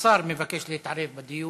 השר מבקש להתערב בדיון.